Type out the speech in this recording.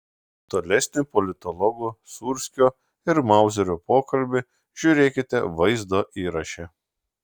tolesnį politologų sūrskio ir mauzerio pokalbį žiūrėkite vaizdo įraše